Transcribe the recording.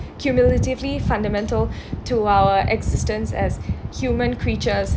cumulatively fundamental to our existence as human creatures